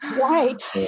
right